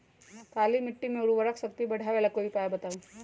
काली मिट्टी में उर्वरक शक्ति बढ़ावे ला कोई उपाय बताउ?